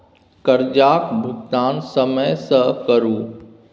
करजाक भूगतान समय सँ करु